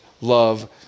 love